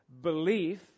belief